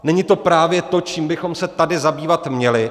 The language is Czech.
Není to právě to, čím bychom se tady zabývat měli?